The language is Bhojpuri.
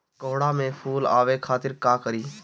कोहड़ा में फुल आवे खातिर का करी?